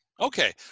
Okay